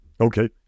Okay